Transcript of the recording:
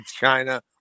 China